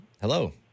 Hello